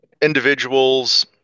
individuals